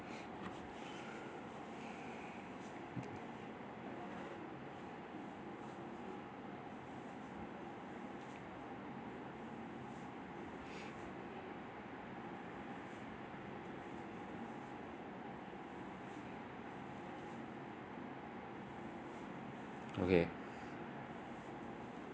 okay